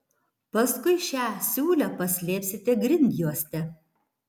paskui šią siūlę paslėpsite grindjuoste